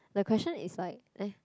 the question is like eh